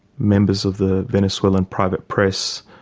members of the venezuelan private press,